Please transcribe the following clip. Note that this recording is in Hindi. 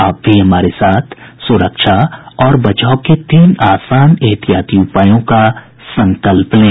आप भी हमारे साथ सुरक्षा और बचाव के तीन आसान एहतियाती उपायों का संकल्प लें